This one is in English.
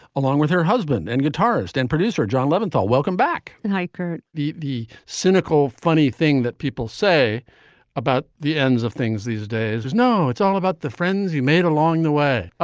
along with her husband and guitarist and producer john leventhal. welcome back, and hiker the the cynical, funny thing that people say about the ends of things these days is now it's all about the friends you made along the way.